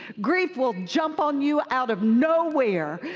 grief will jump on you out of nowhere.